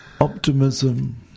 Optimism